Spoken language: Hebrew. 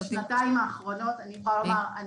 בשנתיים האחרונות אני יכולה לומר,